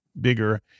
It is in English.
bigger